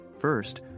First